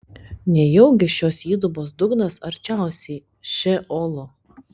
nejaugi šios įdubos dugnas arčiausiai šeolo